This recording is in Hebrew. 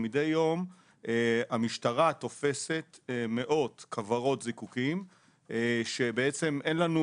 מידי יום המשטרה תופסת מאות כוורות זיקוקין שבעצם אין לנו